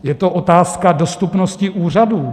Je to otázka dostupnosti úřadů.